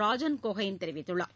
ராஜன் கோஹைன் தெரிவித்துள்ளார்